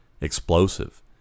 explosive